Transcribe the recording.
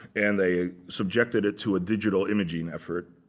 and they subjected it to a digital imaging effort,